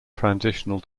transitional